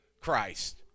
Christ